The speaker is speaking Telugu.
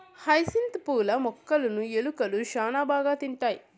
హైసింత్ పూల మొక్కలును ఎలుకలు శ్యాన బాగా తింటాయి